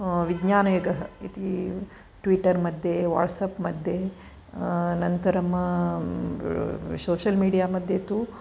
विज्ञानयुगः इति ट्वीटर् मध्ये वाट्स्अप् मध्ये अनन्तरं सोषियल् मीडिया मध्ये तु